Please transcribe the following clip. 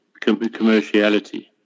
commerciality